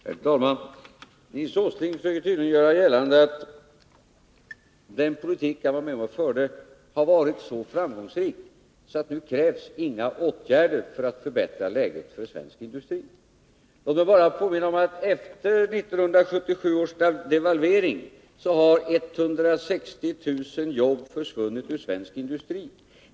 Herr talman! Nils Åsling försöker tydligen göra gällande att den politik han varit med om att föra har varit så framgångsrik att det nu inte krävs några åtgärder för att förbättra läget för svensk industri. Låt mig därför bara påminna om att 160 000 jobb har försvunnit ur svensk industri efter 1977 års devalvering.